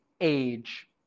age